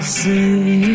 see